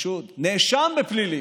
נאשם בפלילים,